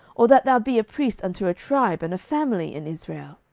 or that thou be a priest unto a tribe and a family in israel?